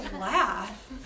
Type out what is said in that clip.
laugh